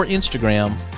Instagram